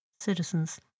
citizens